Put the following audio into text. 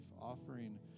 offering